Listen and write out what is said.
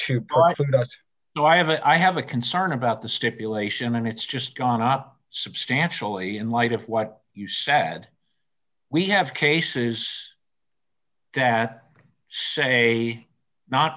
to provide us no i haven't i have a concern about the stipulation and it's just gone up substantially in light of what you said we have cases that say not